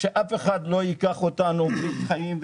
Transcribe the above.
שאף אחד לא ייקח אותנו כברית חיים,